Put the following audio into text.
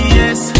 yes